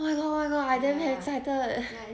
oh my god oh my god I'm damm hap~ excited